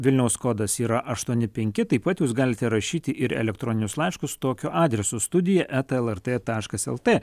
vilniaus kodas yra aštuoni penki taip pat jūs galite rašyti ir elektroninius laiškus tokiu adresu studija eta lrt taškas lt